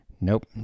nope